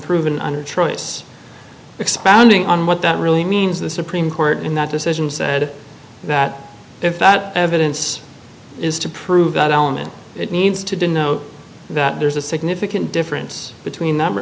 proven an atrocious expounding on what that really means the supreme court in that decision said that if that evidence is to prove that element it needs to denote that there's a significant difference between number